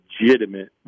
legitimate